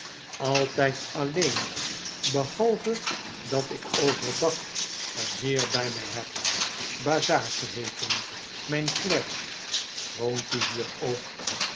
altyd alleen bebalve dat ikoverdag een heer by mij heb bazzard geheeten mp klerk woont die hier ook